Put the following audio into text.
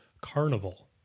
Carnival